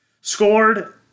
Scored